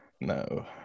no